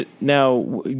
Now